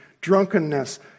drunkenness